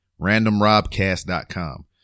randomrobcast.com